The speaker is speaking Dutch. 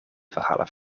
verhalen